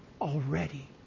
already